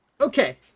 Okay